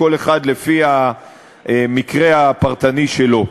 כל אחד לפי המקרה הפרטני שלו.